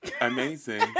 amazing